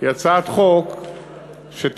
היא הצעת חוק שתשנה,